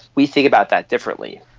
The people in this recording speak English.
we think about that differently.